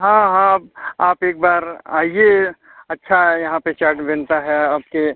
हाँ हाँ आप एक बार आइए अच्छा यहाँ पर चाट बनता है आपके